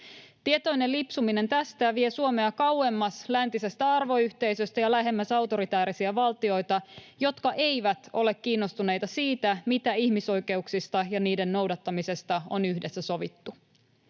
Tietoinen lipsuminen tästä vie Suomea kauemmas läntisestä arvoyhteisöstä ja lähemmäs autoritäärisiä valtioita, jotka eivät ole kiinnostuneita siitä, mitä ihmisoikeuksista ja niiden noudattamisesta on yhdessä sovittu.